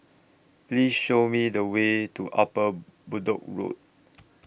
Please Show Me The Way to Upper Bedok Road